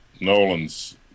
Nolan's